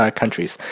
countries